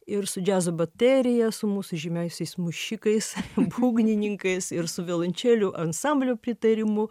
ir su džiazo baterija su mūsų žymiaisiais mušikais būgnininkais ir su violončelių ansamblio pritarimu